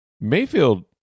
Mayfield –